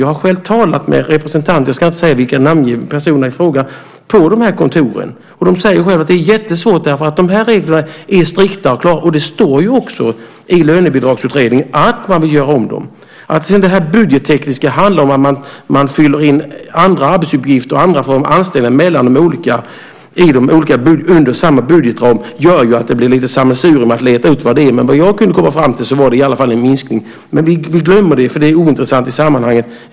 Jag har själv talat med representanter - jag ska inte namnge personerna i fråga - på de här kontoren. De säger själva att det är jättesvårt. Reglerna är strikta och klara. Det står ju också i Lönebidragsutredningen att man vill göra om dem. Det budgettekniska som handlar om att man fyller i med andra arbetsuppgifter och andra former av anställning under samma budgetram gör att det blir lite sammelsurium med att leta upp vad det är. Efter vad jag kunde komma fram till var det i alla fall en minskning. Men vi glömmer det, för det är ointressant i sammanhanget.